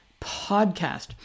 podcast